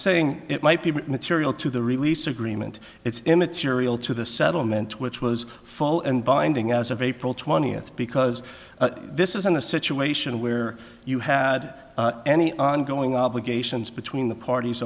saying it might be material to the release agreement it's immaterial to the settlement which was full and binding as of april twentieth because this isn't a situation where you had any ongoing obligations between the parties